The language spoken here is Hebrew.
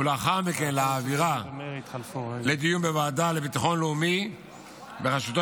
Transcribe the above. ולאחר מכן להעבירה לדיון בוועדה לביטחון לאומי בראשותו